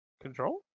control